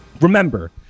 Remember